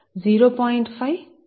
8